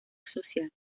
social